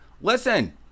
Listen